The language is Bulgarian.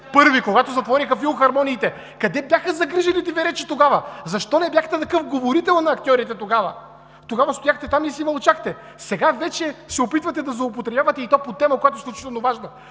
първо, когато затвориха филхармониите? Къде бяха загрижените Ви речи тогава? Защо не бяхте такъв говорител на актьорите тогава? Тогава стояхте там и си мълчахте. Сега вече се опитвате да злоупотребявате, и то по тема, която е изключително важна.